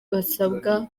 basabwa